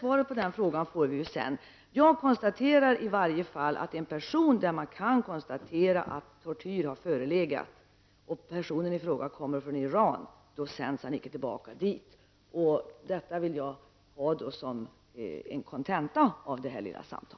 Svaret på den frågan får vi emellertid senare. Jag konstaterar att om man kan fastställa att tortyr har förelegat och att den torterade kommer från Iran, sänds vederbörande inte tillbaka dit. Detta är för mig kontentan av vårt lilla samtal.